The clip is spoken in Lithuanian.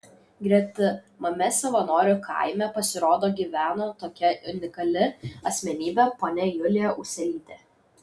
gretimame savanorių kaime pasirodo gyveno tokia unikali asmenybė ponia julija uselytė